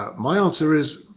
ah my answer is